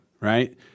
Right